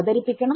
അവതരിപ്പിക്കണം